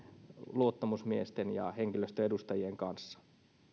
luottamusmiesten ja henkilöstön edustajien kanssa